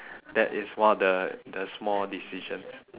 that is one of the the small decisions